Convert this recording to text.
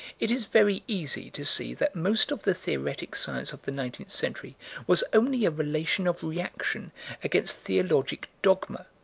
it is very easy to see that most of the theoretic science of the nineteenth century was only a relation of reaction against theologic dogma,